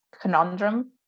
conundrum